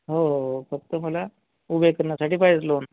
हो हो हो फक्त मला उभे करण्यासाठी पाहिजे लोन